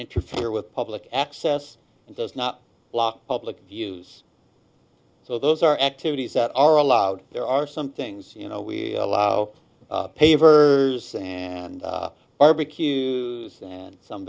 interfere with public access and does not block public views so those are activities that are allowed there are some things you know we allow paver and barbecue and some